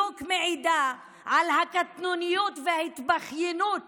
היא מעידה בדיוק על הקטנוניות וההתבכיינות